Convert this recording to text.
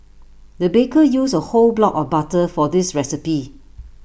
the baker used A whole block of butter for this recipe